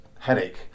headache